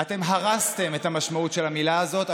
אתם הרסתם את המשמעות של המילה הזאת,